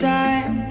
time